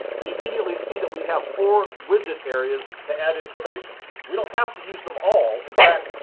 we immediately see that we have four widget areas to add information. we don't have to use them all, in fact,